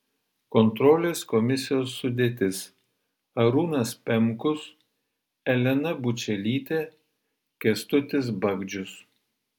kontrolės komisijos sudėtis arūnas pemkus elena bučelytė kęstutis bagdžius